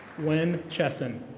gwen chessen.